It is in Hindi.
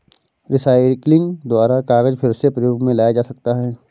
रीसाइक्लिंग द्वारा कागज फिर से प्रयोग मे लाया जा सकता है